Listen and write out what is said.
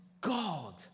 God